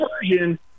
version